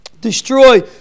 destroy